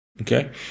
Okay